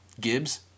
Gibbs